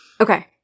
Okay